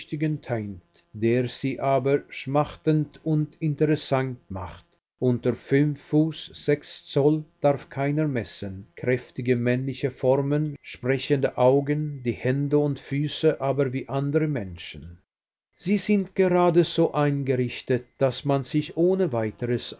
der sie aber schmachtend und interessant macht unter fünf fuß sechs zoll darf keiner messen kräftige männliche formen sprechende augen die hände und füße aber wie andere menschen sie sind gerade so eingerichtet daß man sich ohne weiteres